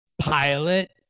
pilot